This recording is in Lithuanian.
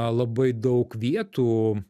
labai daug vietų